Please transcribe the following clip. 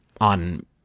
on